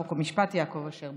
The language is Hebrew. חוק ומשפט יעקב אשר,